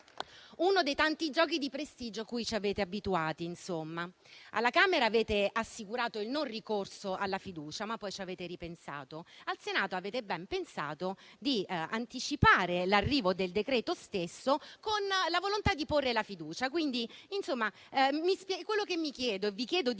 uno dei tanti giochi di prestigio a cui ci avete abituati. Alla Camera avete assicurato il non ricorso alla fiducia, ma poi ci avete ripensato; al Senato avete ben pensato di anticipare l'arrivo del decreto stesso con la volontà di porre la fiducia. Quello che mi chiedo e vi chiedo di